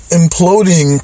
imploding